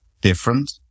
different